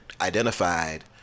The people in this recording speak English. identified